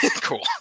Cool